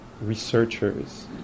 researchers